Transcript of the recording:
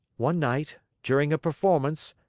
one night, during a performance,